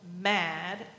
mad